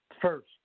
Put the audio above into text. first